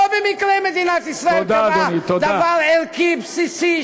לא במקרה מדינת ישראל קבעה דבר ערכי בסיסי,